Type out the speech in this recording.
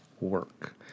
work